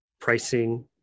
pricing